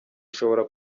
ishobora